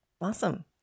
Awesome